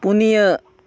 ᱯᱩᱱᱤᱭᱟᱹ